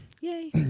Yay